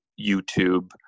youtube